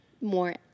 more